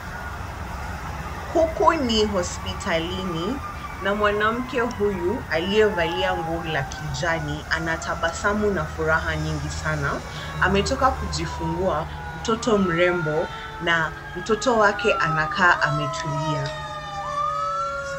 Huku ni hospitalini na mwanamke huyu aliyevalia nguo la kijani anatabasamu na furaha nyingi sana, ametoka kujifungua mtoto mrembo na mtoto wake anakaa ametulia.